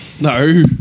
No